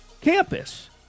campus